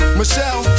michelle